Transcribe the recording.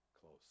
close